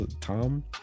Tom